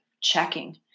checking